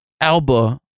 Alba